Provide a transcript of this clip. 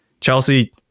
Chelsea